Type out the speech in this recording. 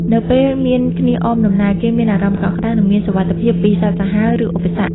នៅពេលមានគ្នាអមដំណើរ គេមានអារម្មណ៍កក់ក្ដៅ និងមានសុវត្ថិភាពពីសត្វសាហាវ ឬឧបសគ្គ។